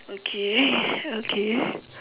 okay eh okay